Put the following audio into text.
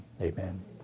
Amen